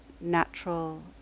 natural